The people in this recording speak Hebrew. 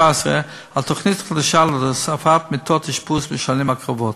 על תוכנית חדשה להוספת מיטות אשפוז לשנים הקרובות.